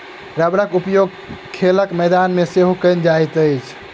रबड़क उपयोग खेलक मैदान मे सेहो कयल जाइत अछि